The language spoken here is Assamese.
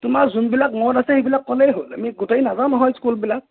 তোমাৰ যোনবিলাক মনত আছে সেইবিলাক ক'লেই হ'ল আমি গোটেই নাযাওঁ নহয় স্কুলবিলাক